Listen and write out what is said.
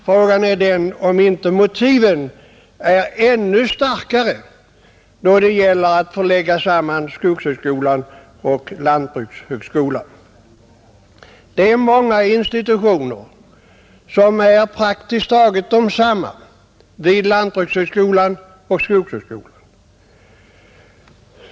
Frågan är om inte motivet är ännu starkare då det gäller att lägga samman skogshögskolan och lantbrukshögskolan. Många institutioner är praktiskt taget desamma i lantbrukshögskolan och skogshögskolan.